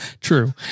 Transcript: True